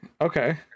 Okay